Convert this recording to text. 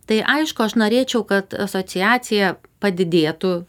tai aišku aš norėčiau kad asociacija padidėtų